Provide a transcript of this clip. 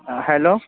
hello